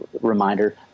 reminder